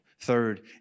Third